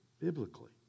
biblically